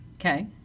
Okay